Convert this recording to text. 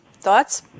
thoughts